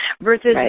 versus